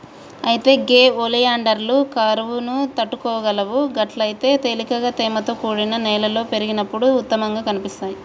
అయితే గే ఒలియాండర్లు కరువును తట్టుకోగలవు గట్లయితే తేలికగా తేమతో కూడిన నేలలో పెరిగినప్పుడు ఉత్తమంగా కనిపిస్తాయి